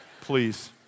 please